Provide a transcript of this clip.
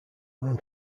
run